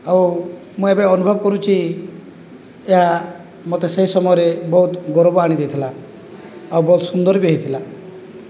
ଆଉ ମୁଁ ଏବେ ଅନୁଭବ କରୁଛି ଏହା ମୋତେ ସେହି ସମୟରେ ବହୁତ ଗର୍ବ ଆଣିଦେଇଥିଲା ଆଉ ବହୁତ ସୁନ୍ଦର ବି ହୋଇଥିଲା